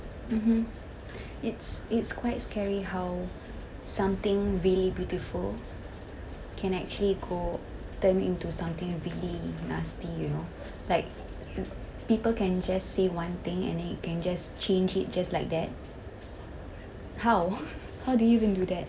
mmhmm it's it's quite scary how something really beautiful can actually go turn into something really nasty you know like people can just say one thing and then you can just change it just like that how how do you even do that